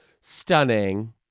stunning